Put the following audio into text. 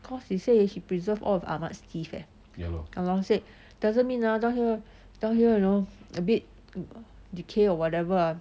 cause he say he preserve all of ahmed's teeth leh ah lor he said doesn't mean ah down here down here you know a bit decay or whatever ah